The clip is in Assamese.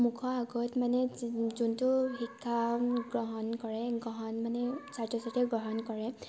মুখৰ আগত মানে যোনটো কাম গ্ৰহণ কৰে মানে গ্ৰহণ মানে গ্ৰহণ কৰে